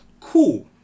Cool